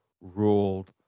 ruled